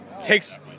takes